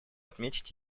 отметить